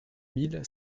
mille